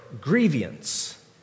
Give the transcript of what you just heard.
grievance